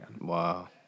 Wow